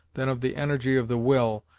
than of the energy of the will,